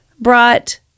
brought